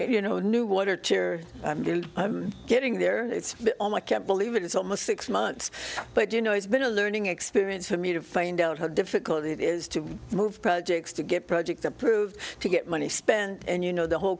you know new water tear i'm getting there it's all my can't believe it it's almost six months but you know it's been a learning experience for me to find out how difficult it is to move projects to get projects approved to get money spent and you know the whole